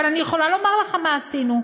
אבל אני יכולה לומר לך מה עשינו.